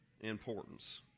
importance